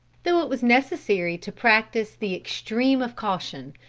though it was necessary to practice the extreme of caution,